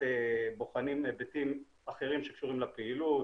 אנחנו בוחנים היבטים אחרים שקשורים לפעילות,